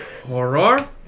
horror